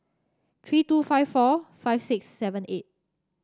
three two five four five six seven eight